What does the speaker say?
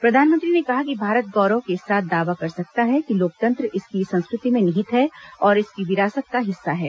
प्रधानमंत्री ने कहा कि भारत गौरव के साथ दावा कर सकता है कि लोकतंत्र इसकी संस्कृति में निहित है और इसकी विरासत का हिस्सा है